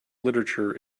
literature